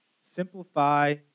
simplify